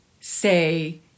say